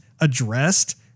addressed